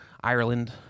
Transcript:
ireland